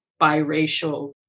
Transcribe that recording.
biracial